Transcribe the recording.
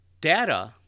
data